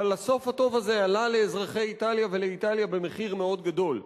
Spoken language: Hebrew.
אבל הסוף הטוב הזה עלה לאזרחי איטליה ולאיטליה במחיר מאוד גדול.